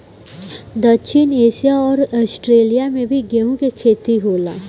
दक्षिण एशिया अउर आस्ट्रेलिया में भी गेंहू के खेती होला